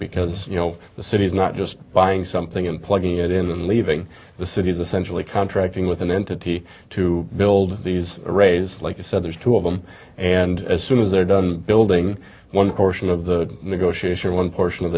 because you know the city is not just buying something and plugging it in and leaving the cities essentially contracting with an entity to build these arrays like you said there's two of them and as soon as they're done building one portion of the negotiation one portion of